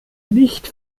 nicht